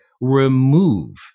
remove